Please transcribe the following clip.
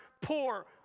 poor